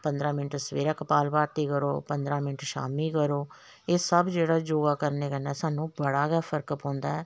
पंदरां मिन्ट सबैह्रे कपाल भारती करो पंदरां मिन्ट शामीं करो एह् सब जेह्ड़ा योगा करने कन्नै सानूं बड़ा गै फर्क पौंदा ऐ